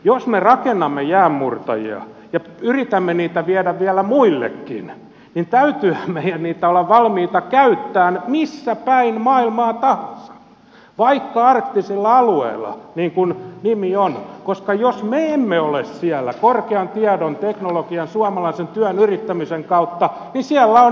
jos me rakennamme jäänmurtajia ja yritämme niitä viedä vielä muillekin niin täytyyhän meidän niitä olla valmiita käyttämään missä päin maailmaa tahansa vaikka arktisilla alueilla niin kuin nimi on koska jos me emme ole siellä korkean tiedon teknologian suomalaisen työn yrittämisen kautta niin siellä on joku muu